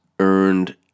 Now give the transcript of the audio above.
earned